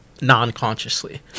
Non-consciously